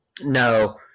No